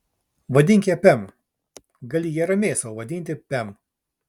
vadink ją pem gali ją ramiai sau vadinti pem